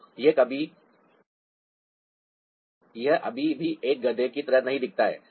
तो यह अभी भी एक गधे की तरह नहीं दिखता है